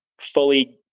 fully